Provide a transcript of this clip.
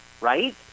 right